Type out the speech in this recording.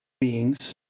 Beings